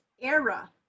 era